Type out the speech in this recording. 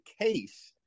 case